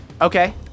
Okay